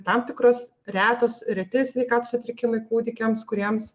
tam tikros retos reti sveikatos sutrikimai kūdikiams kuriems